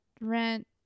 rent